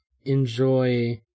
enjoy